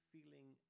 Feeling